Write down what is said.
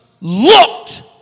looked